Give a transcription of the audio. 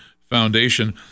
foundation